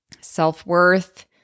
self-worth